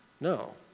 No